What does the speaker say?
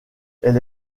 elle